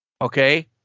Okay